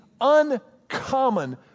uncommon